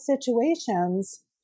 situations